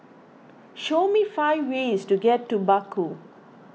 show me five ways to get to Baku